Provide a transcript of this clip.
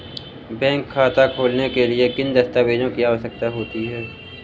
Bank खाता खोलने के लिए किन दस्तावेजों की आवश्यकता होती है?